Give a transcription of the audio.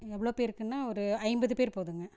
எவ்வளோ பேருக்குன்னால் ஒரு ஐம்பது பேர் போதுங்க